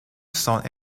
sont